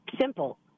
simple